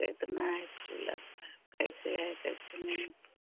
कितना हे फूल का कैसे है कैसे नहीं